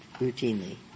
routinely